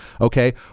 Okay